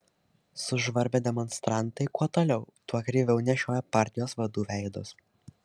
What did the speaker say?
sužvarbę demonstrantai kuo toliau tuo kreiviau nešiojo partijos vadų veidus